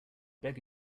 beg